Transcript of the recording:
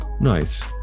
Nice